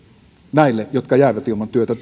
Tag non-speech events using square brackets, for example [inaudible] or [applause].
näille täällä olijoille jotka jäävät ilman työtä [unintelligible]